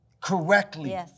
correctly